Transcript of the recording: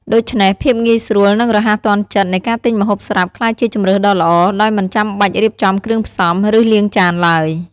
ដូច្នេះ ភាពងាយស្រួល និងរហ័សទាន់ចិត្តនៃការទិញម្ហូបស្រាប់ក្លាយជាជម្រើសដ៏ល្អ ដោយមិនចាំបាច់រៀបចំគ្រឿងផ្សំ ឬលាងចានឡើយ។